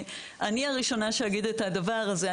אני הראשונה שאגיד את הדבר הזה.